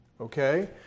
Okay